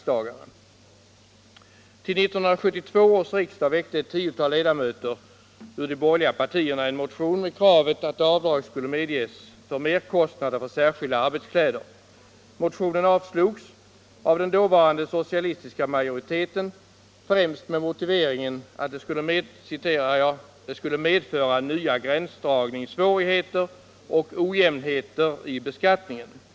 Till 1972 års riksdag väckte ett tiotal ledamöter ur de borgerliga partierna en motion med krav att avdrag skulle medges för merkostnader för särskilda arbetskläder. Motionen avslogs av den dåvarande socialis 143 tiska majoriteten främst med motiveringen att det skulle ”medföra nya gränsdragningssvårigheter och ojämnheter i beskattningen”.